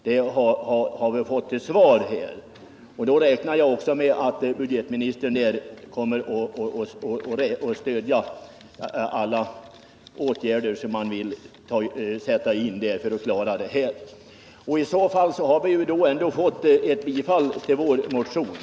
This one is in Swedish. Det är vad vi har fått till svar här, och jag räknar med att budgetministern kommer att stödja alla åtgärder som man vill sätta in för att klara sysselsättningen. I så fall har vi ändå fått ett bifall till vår motion.